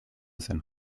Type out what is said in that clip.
zen